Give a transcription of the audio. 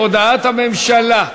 הודעת הממשלה,